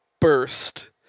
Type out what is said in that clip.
burst